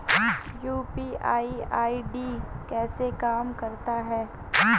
UPI ID कैसे काम करता है?